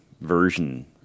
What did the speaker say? version